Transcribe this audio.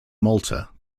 malta